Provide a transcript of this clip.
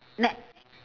net